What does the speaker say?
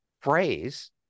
phrase